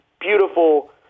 beautiful